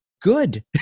Good